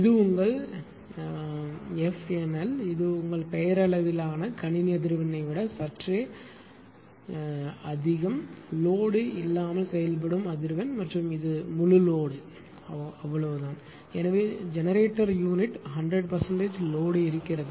இது உங்கள் F NL இது உங்கள் பெயரளவிலான கணினி அதிர்வெண்ணை விட சற்றே அதிகம் லோடு இல்லாமல் செயல்படும் அதிர்வெண் மற்றும் இது முழு லோடு எனவே ஜெனெரேட்டர் யூனிட் 100 லோடு இருக்கிறது